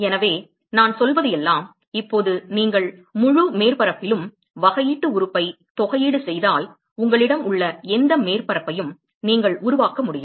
எனவே நான் சொல்வது எல்லாம் இப்போது நீங்கள் முழு மேற்பரப்பிலும் வகையீட்டு உறுப்பை தொகையீடு செய்தால் உங்களிடம் உள்ள எந்த மேற்பரப்பையும் நீங்கள் உருவாக்க முடியும்